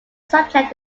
subject